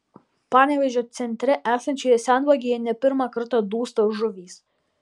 panevėžio centre esančioje senvagėje ne pirmą kartą dūsta žuvys